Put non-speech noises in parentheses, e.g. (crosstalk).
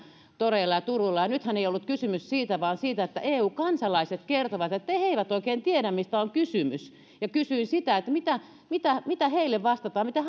toreilla ja turuilla niin olisin halunnut todeta että nythän ei ollut kysymys siitä vaan siitä että eu kansalaiset kertovat että he eivät oikein tiedä mistä on kysymys ja kysyin sitä että mitä heille vastataan mitä (unintelligible)